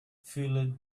fueled